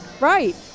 Right